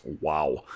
Wow